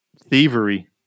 thievery